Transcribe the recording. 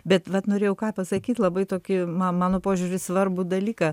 bet vat norėjau ką pasakyt labai tokį ma mano požiūriu svarbų dalyką